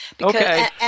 Okay